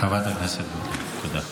חברת הכנסת גוטליב, תודה.